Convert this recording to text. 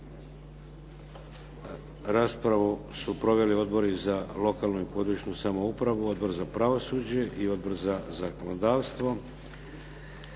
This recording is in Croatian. Raspravu su proveli Odbor za lokalnu i područnu samoupravu, Odbor za pravosuđe i Odbor za zakonodavstvo.